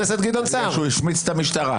בגלל שהוא השמיץ את המשטרה.